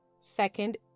Second